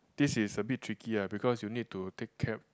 this is a bit tricky uh because you need to take cab